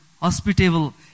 hospitable